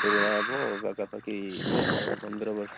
ପୁରୁଣା ହବ ପାଖାପାଖି ଦଶ ପନ୍ଦର ବର୍ଷ